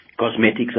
cosmetics